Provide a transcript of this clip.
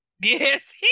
Yes